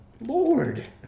Lord